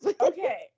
Okay